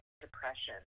depression